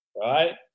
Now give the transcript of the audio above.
right